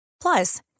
Plus